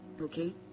okay